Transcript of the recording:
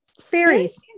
fairies